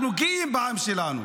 אנחנו גאים בעם שלנו,